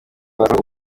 ingenzi